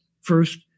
First